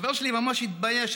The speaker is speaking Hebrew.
חבר שלי ממש התבייש.